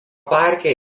parke